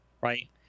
Right